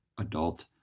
adult